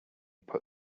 put